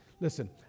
Listen